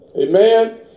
Amen